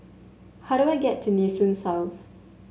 how do I get to Nee Soon South